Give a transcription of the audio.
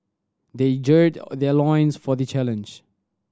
they gird their loins for the challenge